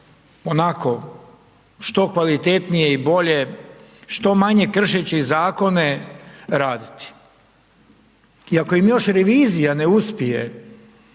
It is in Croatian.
onako što kvalitetnije i bolje, što manje kršeći zakone raditi. I ako im još revizija ne uspije